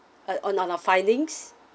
uh on our findings